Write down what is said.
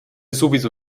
sowieso